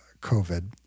COVID